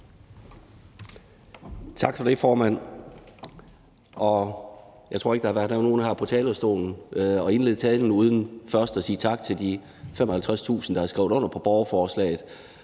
Tak for det, formand. Og jeg tror ikke, der har været nogen heroppe på talerstolen uden at indlede talen med først at sige tak til de 55.000, der har skrevet under på borgerforslaget,